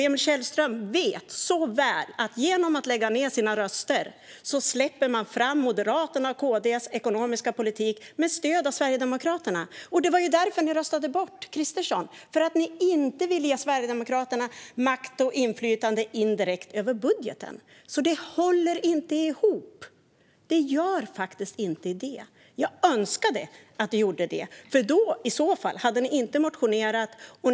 Emil Källström vet mycket väl att man genom att lägga ned sina röster släpper fram Moderaternas och KD:s ekonomiska politik med stöd av Sverigedemokraterna. Det var ju därför ni röstade bort Kristersson, Emil Källström - för att ni inte ville ge Sverigedemokraterna indirekt makt och inflytande över budgeten. Det håller inte ihop - det gör det faktiskt inte. Jag önskar att det gjorde det. I så fall hade ni inte motionerat.